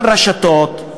על רשתות,